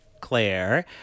Claire